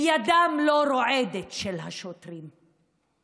וידם של השוטרים לא רועדת?